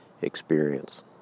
experience